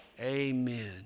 Amen